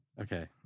Okay